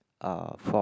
uh from